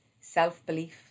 self-belief